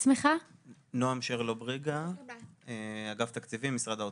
נעם שרלו בריגה, אגף התקציבים, משרד האוצר.